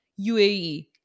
UAE